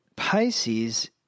Pisces